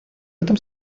этом